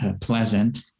pleasant